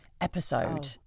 episode